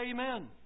amen